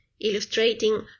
illustrating